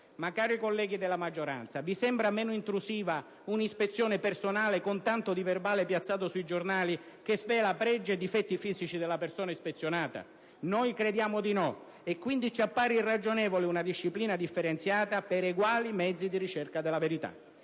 Ma, cari colleghi della maggioranza, vi sembra meno intrusiva un'ispezione personale, con tanto di verbale piazzato sui giornali, che svela pregi e difetti fisici della persona ispezionata? Noi crediamo di no e, quindi, ci appare irragionevole una disciplina differenziata per eguali mezzi di ricerca della verità.